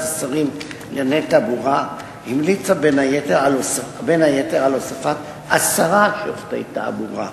השרים לענייני תעבורה המליץ בין היתר על הוספת עשרה שופטי תעבורה.